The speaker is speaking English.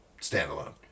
standalone